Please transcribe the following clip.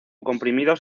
comprimidos